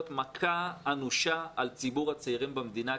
מכה אנושה על ציבור הצעירים במדינה,